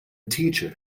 teacher